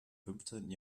fünfzehnten